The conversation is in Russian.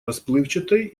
расплывчатой